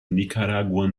nicaraguan